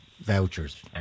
Vouchers